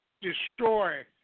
destroy